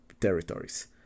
territories